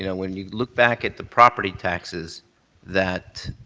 you know when you look back at the property taxes that